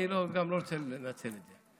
אני גם לא רוצה לנצל את זה.